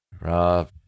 Rob